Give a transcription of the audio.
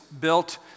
built